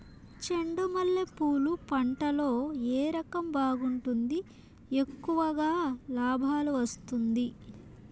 చెండు మల్లె పూలు పంట లో ఏ రకం బాగుంటుంది, ఎక్కువగా లాభాలు వస్తుంది?